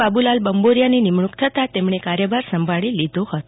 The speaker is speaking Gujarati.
બાબુલાલ બંબોરીયાની નિમણુક થતા તેમણે કાર્યભારસંભાળી લીધો છે